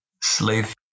Slave